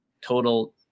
total